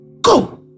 Go